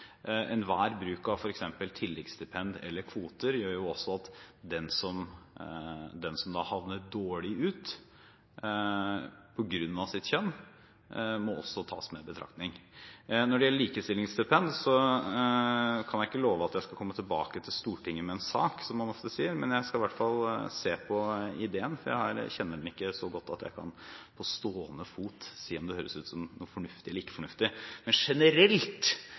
den som havner dårlig ut på grunn av sitt kjønn, også må tas med i betraktning. Når det gjelder likestillingsstipend, kan jeg ikke love at jeg skal komme tilbake til Stortinget med en sak – som man ofte sier – men jeg skal i hvert fall se på ideen, for jeg kjenner den ikke så godt at jeg på stående fot kan si om det høres ut som noe som er fornuftig, eller noe som ikke er fornuftig. Men generelt